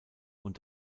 und